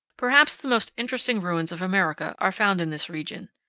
perhaps the most interesting ruins of america are found in this region.